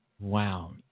Wow